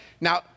Now